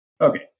Okay